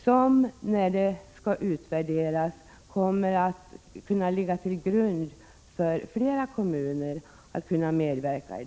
Det skall göras en utvärdering, som sedan kommer att kunna ligga till grund för flera kommuners medverkan.